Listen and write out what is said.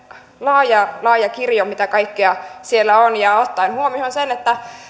laaja laaja kirjo mitä kaikkea siellä on ja ottaen huomioon sen että